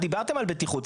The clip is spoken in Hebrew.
דיברתם על בטיחות,